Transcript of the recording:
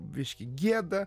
biškį gieda